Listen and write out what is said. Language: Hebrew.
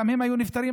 גם הם היו נפטרים,